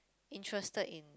interested in